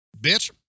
bitch